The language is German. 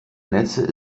netze